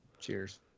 Cheers